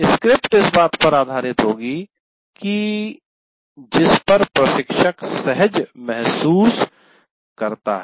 script इस बात पर आधारित होगी कि जिस पर प्रशिक्षक सहज महसूस करता है